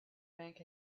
bank